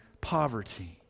Poverty